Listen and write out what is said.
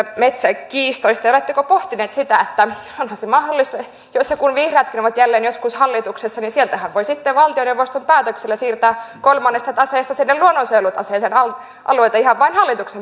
ja oletteko pohtineet sitä että onhan se mahdollista jos ja kun vihreätkin ovat jälleen joskus hallituksessa että sieltähän voi sitten valtioneuvoston päätöksellä siirtää kolmannesta taseesta sinne luonnonsuojelutaseeseen alueita ihan vain hallituksen päätöksellä